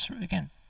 Again